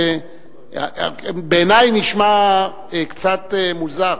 בעיני זה נשמע קצת מוזר.